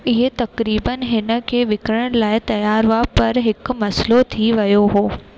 इहे तकरीबनि हिनखे विकिरण लाइ तयार हुआ पर हिकु मसाइलो थियो